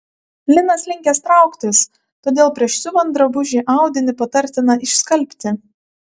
linas linkęs trauktis todėl prieš siuvant drabužį audinį patartina išskalbti